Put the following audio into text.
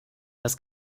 das